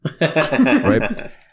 Right